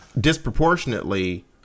disproportionately